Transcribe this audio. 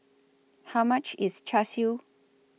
How much IS Char Siu